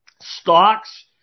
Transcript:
stocks